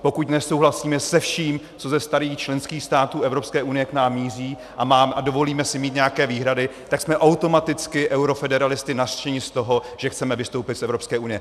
Pokud nesouhlasíme se vším, co k nám ze starých členských států Evropské unie míří, a dovolíme si mít nějaké výhrady, tak jsme automaticky eurofederalisty nařčeni z toho, že chceme vystoupit z Evropské unie.